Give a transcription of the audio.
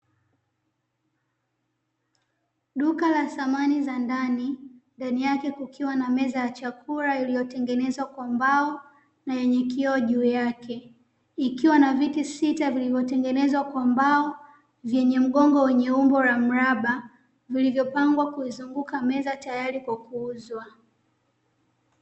Duka la samani za ndani, ndani yake kukiwa na meza ya chakula iliyotengenezwa kwa mbao na yenye kioo juu yake. Ikiwa na viti sita vilivyotengenezwa kwa mbao vyenye mgongo wenye umbo la mraba, vilivyopangwa kuizunguka meza tayari kwa kuuzwa.